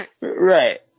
Right